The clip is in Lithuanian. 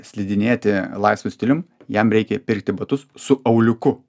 slidinėti laisvu stilium jam reikia pirkti batus su auliuku